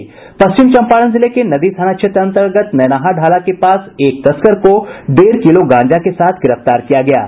पश्चिम चंपारण जिले के नदी थाना क्षेत्र अंतर्गत नैनाहा ढाला के पास एक तस्कर को डेढ़ किलो गांजा के साथ गिरफ्तार किया गया है